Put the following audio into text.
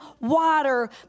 water